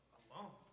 alone